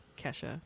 Kesha